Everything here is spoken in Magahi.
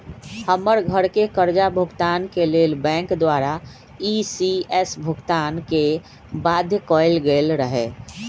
हमर घरके करजा भूगतान के लेल बैंक द्वारा इ.सी.एस भुगतान के बाध्य कएल गेल रहै